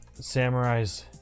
samurais